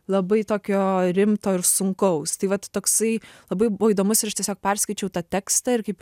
labai tokio rimto ir sunkaus tai vat toksai labai buvo įdomus ir aš tiesiog perskaičiau tą tekstą ir kaip